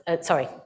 Sorry